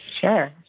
Sure